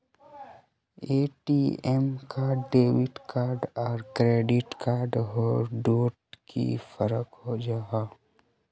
ATM card debit card आर credit card डोट की फरक जाहा?